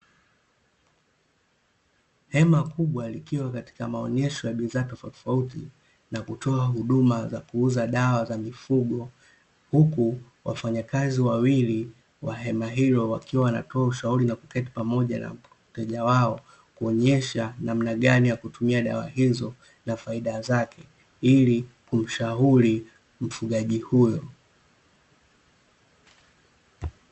Hema kubwa likiwa katika maonyesho ya bidhaa tofauti tofauti na kutoa huduma ya kuuza dawa za mifugo, huku wafanyakazi wawili wa hema hilo wakiwa wanatoa ushauri na kuketi pamoja na mteja wao, kuonyesha namna gani ya kutumia dawa hizo na faida zake ili kumshauri mfugaji huyo.